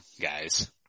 guys